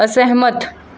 ਅਸਹਿਮਤ